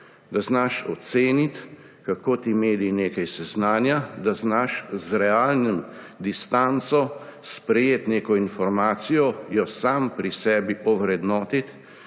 da znaš oceniti, kako te medij o nečem seznanja, da znaš z realno distanco sprejeti neko informacijo, jo sam pri sebi ovrednotiti